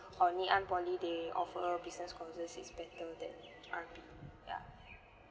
or nanyang poly they offer business courses is better than R_P